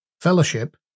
Fellowship